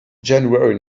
january